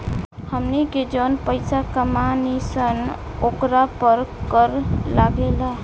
हमनी के जौन पइसा कमानी सन ओकरा पर कर लागेला